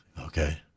Okay